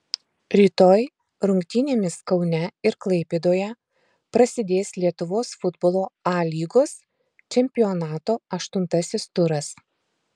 rytoj rungtynėmis kaune ir klaipėdoje prasidės lietuvos futbolo a lygos čempionato aštuntasis turas